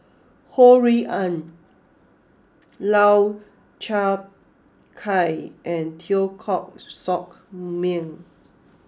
Ho Rui An Lau Chiap Khai and Teo Koh Sock Miang